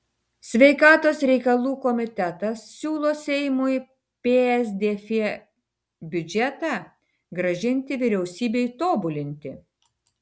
sveikatos reikalų komitetas siūlo seimui psdf biudžetą grąžinti vyriausybei tobulinti